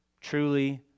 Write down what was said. truly